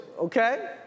okay